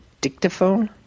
dictaphone